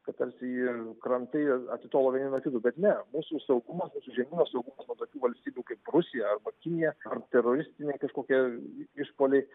kad tarsi krantai atitolo vieni nuo kitų bet ne mūsų saugumas mūsų žemynas saugomas nuo tokių valstybių kaip rusija ar kinija teroristiniai kažkokie išpuoliai